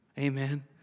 Amen